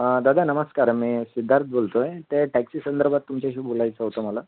दादा नमस्कार मी सिद्धार्थ बोलतो आहे ते टॅक्सी संदर्भात तुमच्याशी बोलायचं होतं मला